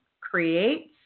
creates